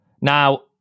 Now